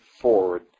forward